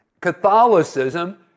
Catholicism